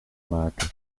maken